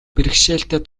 бэрхшээлтэй